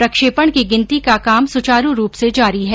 प्रक्षेपण की गिनती का कार्य सुचारू रूप से जारी है